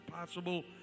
possible